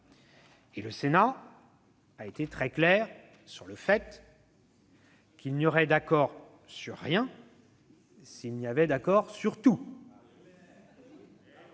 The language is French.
Et le Sénat a été très clair sur le fait qu'il n'y aurait d'accord sur rien s'il n'y avait pas accord sur tout.